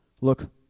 look